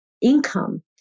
income